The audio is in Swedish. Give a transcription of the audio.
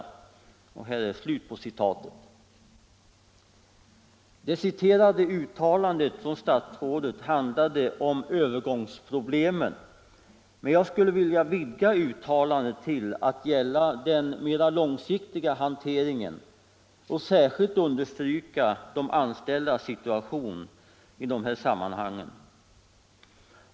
Det citerade uttalandet från statsrådet handlade om övergångsproblemen. Men jag skulle vilja vidga uttalandet till att gälla den mera långsiktiga hanteringen och särskilt understryka de anställdas situation i dessa sammanhang.